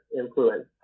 influence